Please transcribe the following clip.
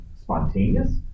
spontaneous